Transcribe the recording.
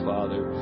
Father